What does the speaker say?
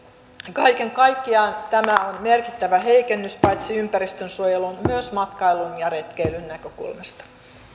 kaiken kaikkiaan tämä on merkittävä heikennys paitsi ympäristönsuojelun myös matkailun ja retkeilyn näkökulmasta